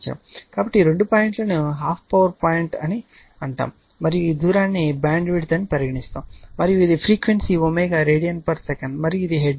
కాబట్టి ఈ రెండు పాయింట్లను హాఫ్ పవర్ పాయింట్ అని అంటాము మరియు ఈ దూరాన్ని బ్యాండ్విడ్త్ అని పరిగణిస్తాము మరియు ఇది ఫ్రీక్వెన్సీ ω రేడియన్సెకన్ మరియు ఇది హెర్ట్జ్లో ఉంటుంది